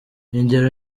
ingero